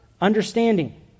understanding